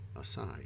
aside